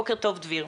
בוקר טוב, דביר.